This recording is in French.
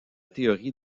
théorie